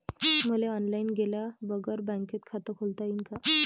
मले ऑनलाईन गेल्या बगर बँकेत खात खोलता येईन का?